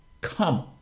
Come